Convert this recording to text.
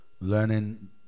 learning